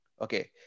Okay